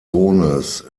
sohnes